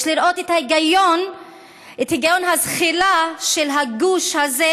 יש לראות את היגיון הזחילה של הגוש הזה